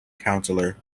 councillor